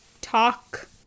talk